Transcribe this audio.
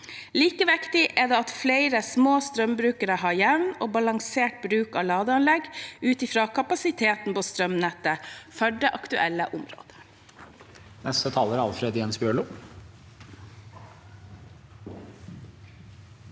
Like viktig er det at flere små strømbrukere har en jevn og balansert bruk av ladeanlegg ut fra kapasiteten på strømnettet for det aktuelle området.